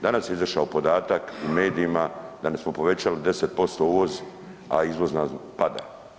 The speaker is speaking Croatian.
Danas je izašao podatak u medijima da smo povećali 10% uvoz, a izvoz nam pada.